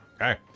okay